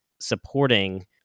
supporting